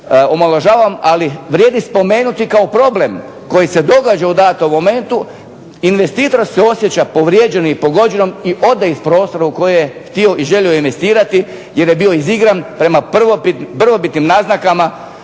ali vrijedi spomenuti kao problem koji se događa u datom momentu, investitor se osjeća povrijeđeno i pogođeno i ode iz prostora u koji je htio i želio investirati, jer je bio izigran prema prvobitnim naznakama